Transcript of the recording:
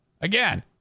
Again